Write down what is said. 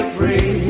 free